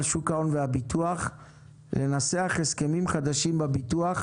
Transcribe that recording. שוק ההון והביטוח לנסח הסכמים חדשים בביטוח,